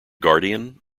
guardian